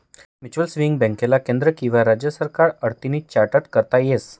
mutual saving बॅकले केंद्र किंवा राज्य सरकार कडतीन चार्टट करता येस